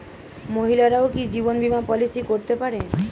মহিলারাও কি জীবন বীমা পলিসি করতে পারে?